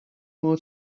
more